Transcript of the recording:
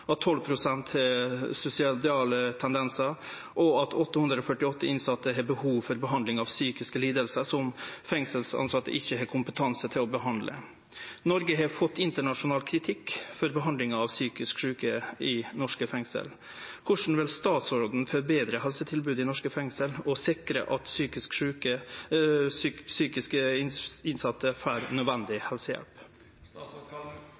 har suicidale tendensar, og at 848 innsette har behov for behandling for psykiske lidingar som fengselstilsette ikkje har kompetanse til å behandle. Noreg har fått internasjonal kritikk for behandlinga av psykisk sjuke i norske fengsel. Korleis vil statsråden forbetre helsetilbodet i norske fengsel og sikre at psykisk sjuke innsette får nødvendig